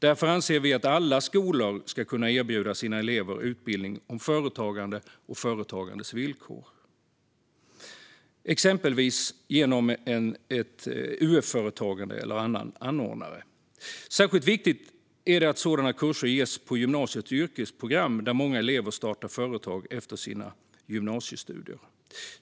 Därför anser vi att alla skolor ska kunna erbjuda sina elever utbildning om företagande och företagares villkor, exempelvis genom UF-företagande eller annan anordnare. Särskilt viktigt är det att sådana kurser ges på gymnasiets yrkesprogram där många elever startar företag efter sina gymnasiestudier.